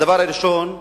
דבר ראשון,